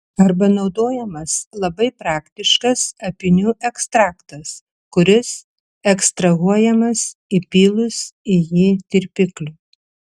arba naudojamas labai praktiškas apynių ekstraktas kuris ekstrahuojamas įpylus į jį tirpiklių